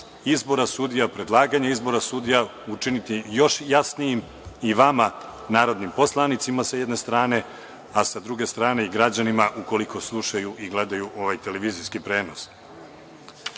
izbora sudija, predlaganje izbora sudija učiniti još jasnijim i vama narodnim poslanicima, sa jedne strane, i građanima, sa druge strane, ukoliko slušaju i gledaju ovaj televizijski prenos. Bilo